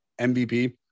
MVP